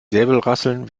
säbelrasseln